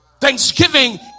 Thanksgiving